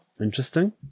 Interesting